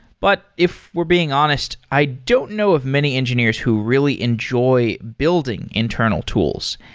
but if we're being honest, i don't know of many engineers who really enjoy building internal tools.